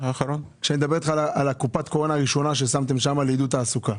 אני מדבר איתך על קופת הקורונה הראשונה ששמתם שם לעידוד תעסוקה.